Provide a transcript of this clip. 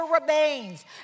remains